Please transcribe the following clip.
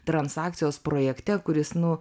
transakcijos projekte kuris nu